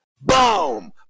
Boom